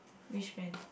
which man